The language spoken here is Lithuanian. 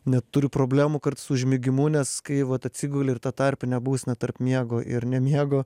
net turiu problemų kartais su užmigimu nes kai vat atsiguli ir ta tarpinė būsena tarp miego ir nemiego